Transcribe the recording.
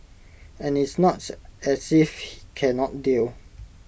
and it's not as if he cannot deal